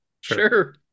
Sure